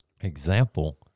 example